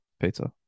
Pizza